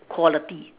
quality